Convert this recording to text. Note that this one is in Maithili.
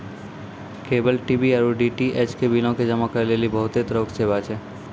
केबल टी.बी आरु डी.टी.एच के बिलो के जमा करै लेली बहुते तरहो के सेवा छै